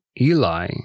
Eli